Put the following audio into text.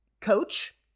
coach